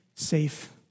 safe